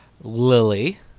Lily